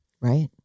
Right